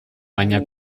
baina